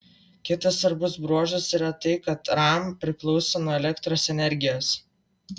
kitas svarbus bruožas yra tai kad ram priklauso nuo elektros energijos